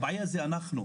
הבעיה זה אנחנו,